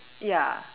ya